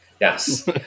Yes